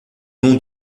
nom